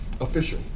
official